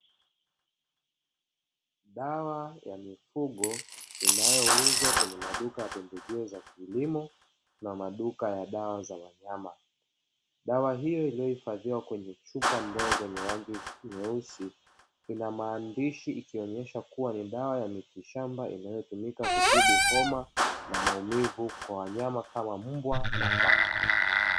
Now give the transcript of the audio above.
Dawa ya mifugo inayouzwa kwenye maduka ya pembejeo za kilimo na maduka ya dawa za wanyama. Dawa hiyo iliyohifadhiwa kwenye chupa ndogo yenye rangi nyeusi inamaandishi ikionyesha kuwa ni dawa ya mitishamba inayotumika kutibu homa na maumivu kwa wanyama kama mbwa na paka.